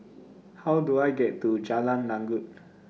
How Do I get to Jalan Lanjut